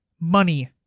money